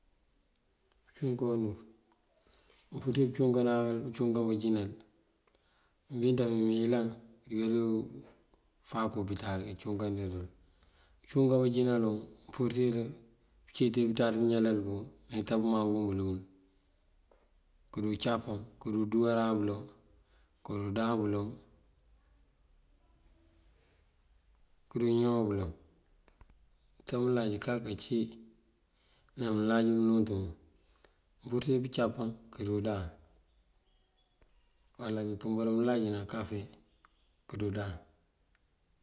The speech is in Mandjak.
Ucí unkoo unuk mëmpurir pëcúukanan bëcúukan bajínal mëbiţe mëyëlan kafáak opital kecúukan dël. Bëcúukan bajínal wun purir pëcí dí pënţaţ pëñalal pun eyito mëmangu bëlund këdu capan këdu dúuwëran mëloŋ këdu dáan mëloŋ këdu ñawa mëloŋ. Mënto mëlaj kací ná mëlaj mëloot mun mëmpurir pëcapan kadu ndáan. Uwala këkëmbërën mëlaj ná kadu dáan.